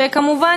כמובן,